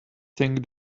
think